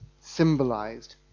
symbolized